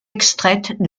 extraites